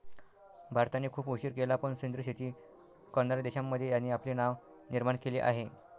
भारताने खूप उशीर केला पण सेंद्रिय शेती करणार्या देशांमध्ये याने आपले नाव निर्माण केले आहे